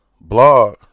blog